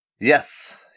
yes